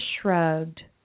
Shrugged